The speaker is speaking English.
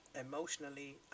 emotionally